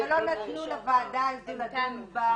אבל לא נתנו לוועדה הזו לדון --- זהו,